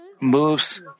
moves